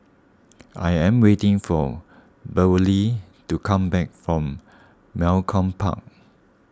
I am waiting for Beverlee to come back from Malcolm Park